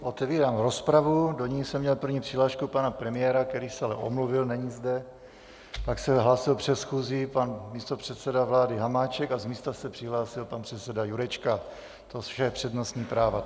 Otevírám rozpravu, do ní jsem měl první přihlášku pana premiéra, který se ale omluvil, není zde, pak se hlásil před schůzí pan místopředseda vlády Hamáček a z místa se přihlásil pan předseda Jurečka, to vše přednostní práva.